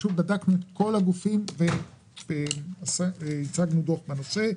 בדקנו את כל הגופים והצגנו דוח בנושא.